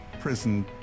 prison